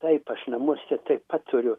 taip aš namuose taip pat turiu